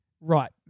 Right